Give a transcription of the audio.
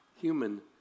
human